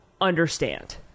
understand